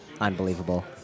unbelievable